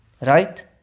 Right